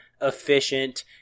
efficient